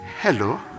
Hello